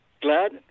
Glad